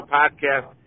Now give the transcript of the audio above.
podcast